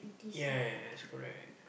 ya ya ya it's correct